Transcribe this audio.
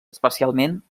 especialment